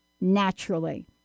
naturally